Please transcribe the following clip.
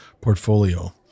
portfolio